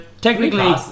technically